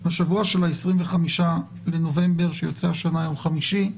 בשבוע של ה-25 בנובמבר שיוצא השנה ביום חמישי.